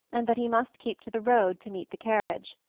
and that he must keep to the road to meet the carriage.